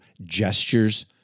gestures